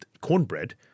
cornbread